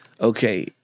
Okay